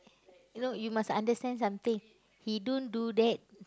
you know you must understand something he don't do that